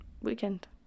weekend